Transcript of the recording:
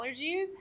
allergies